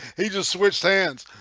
he just switched hands